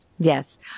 Yes